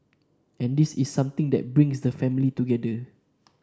and this is something that brings the families together